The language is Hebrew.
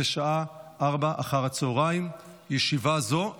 בשעה 16:00. ישיבה זו נעולה.